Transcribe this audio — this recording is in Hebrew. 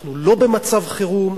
אנחנו לא במצב חירום,